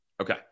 okay